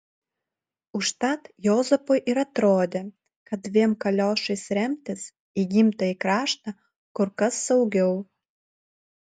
užtat juozapui ir atrodė kad dviem kaliošais remtis į gimtąjį kraštą kur kas saugiau